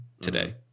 today